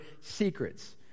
secrets